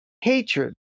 hatred